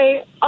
okay